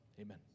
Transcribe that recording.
Amen